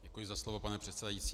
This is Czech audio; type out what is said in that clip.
Děkuji za slovo, pane předsedající.